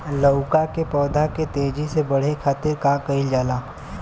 लउका के पौधा के तेजी से बढ़े खातीर का कइल जाला?